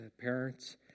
parents